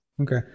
Okay